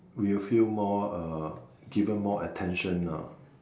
will feel more uh given more attention ah